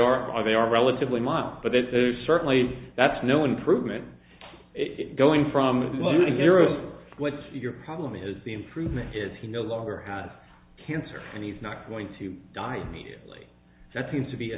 all they are relatively mild but it's certainly that's no improvement it's going from with blowing arrows what's your problem is the improvement is he no longer had cancer and he's not going to die immediately that seems to be a